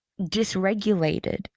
dysregulated